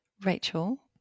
Rachel